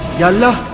you're no